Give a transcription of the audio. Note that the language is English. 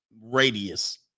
radius